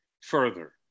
further